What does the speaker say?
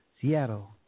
Seattle